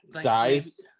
Size